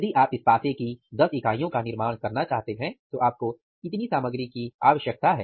यदि आप इस पासे कि 10 इकाइयों का निर्माण करना चाहते हैं तो आपको इतनी सामग्री की आवश्यकता है